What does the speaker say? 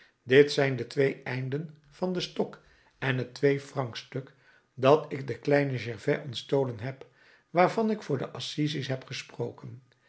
dit zijn de twee einden van den stok en het twee francs stuk dat ik den kleinen gervais ontstolen heb waarvan ik voor de assises heb gesproken